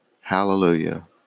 hallelujah